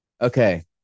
Okay